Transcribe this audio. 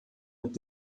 mit